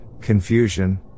confusion